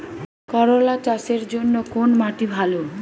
করলা চাষের জন্য কোন মাটি ভালো?